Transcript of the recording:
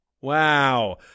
Wow